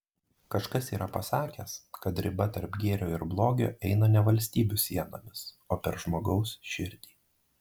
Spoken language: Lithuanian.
kažkas yra pasakęs kad riba tarp gėrio ir blogio eina ne valstybių sienomis o per žmogaus širdį